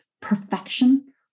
perfection